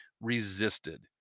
resisted